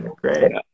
great